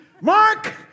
Mark